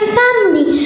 family